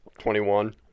21